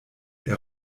der